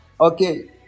Okay